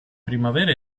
primavera